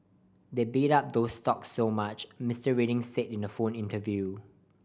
they bid up these stocks so much Mister Reading said in a phone interview